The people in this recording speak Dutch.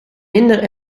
minder